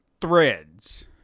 threads